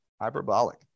hyperbolic